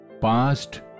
Past